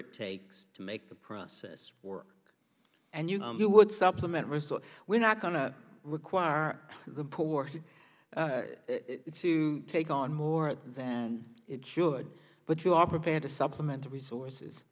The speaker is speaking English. it takes to make the process work and you know you would supplement resource we're not going to require the pork to take on more than it should but you are prepared to supplement the resources